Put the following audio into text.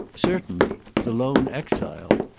certainly the lone exile.